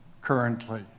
currently